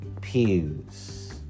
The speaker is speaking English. pews